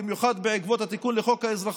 במיוחד בעקבות התיקון לחוק האזרחות,